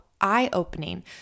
eye-opening